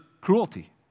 cruelty